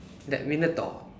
like minotaur